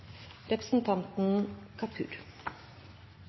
Representanten